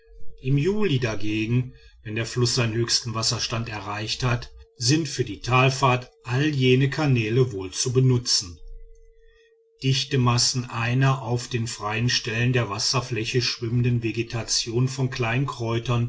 im juli dagegen wenn der fluß seinen höchsten wasserstand erreicht hat sind für die talfahrt alle jene kanäle wohl zu benutzen dichte massen einer auf den freien stellen der wasserfläche schwimmenden vegetation von